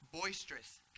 boisterous